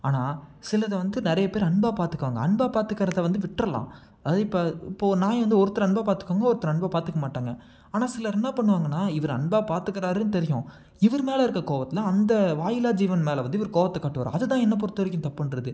ஆனால் சிலத வந்து நிறைய பேர் அன்பாக பார்த்துக்குவாங்க அன்பாக பார்த்துக்கறத வந்து விட்டுரலாம் அதே இப்போ இப்போ ஒரு நாயை வந்து ஒருத்தர் அன்பாக பார்த்துக்குவாங்க ஒருத்தர் அன்பாக பார்த்துக்க மாட்டாங்க ஆனால் சிலர் என்ன பண்ணுவாங்கன்னா இவர் அன்பாக பார்த்துக்குறாருன்னு தெரியும் இவர் மேலே இருக்கற கோவத்தில் அந்த வாயில்லா ஜீவன் மேலே வந்து இவர் கோவத்தை காட்டுவாரு அதுதான் என்ன பொறுத்த வரைக்கும் தப்புன்றது